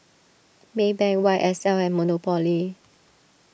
Maybank Y S L and Monopoly